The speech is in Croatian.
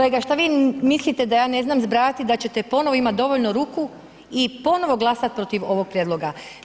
Kolega šta vi mislite da ja ne znam zbrajati da ćete ponovo imati dovoljno ruku i ponovo glasati protiv ovog prijedloga.